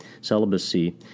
celibacy